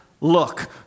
look